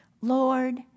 Lord